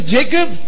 Jacob